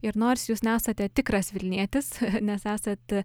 ir nors jūs nesate tikras vilnietis nes esat